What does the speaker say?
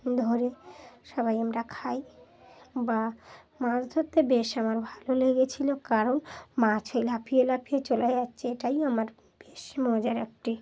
ধরে সবাই আমরা খাই বা মাছ ধরতে বেশ আমার ভালো লেগেছিলো কারণ মাছ ও লাফিয়ে লাফিয়ে চলে যাচ্ছে এটাই আমার বেশ মজার একটি